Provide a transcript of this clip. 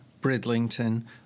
Bridlington